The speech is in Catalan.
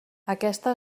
aquesta